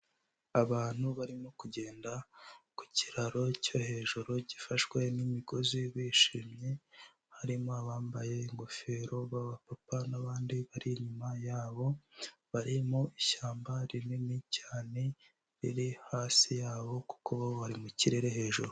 Abantu barimo kugenda ku kiraro cyo hejuru gifashwe n'imigozi bishimye, harimo abambaye ingofero b'abapapa n'abandi bari inyuma yabo, bari mu ishyamba rinini cyane riri hasi yabo kuko bo bari mu kirere hejuru.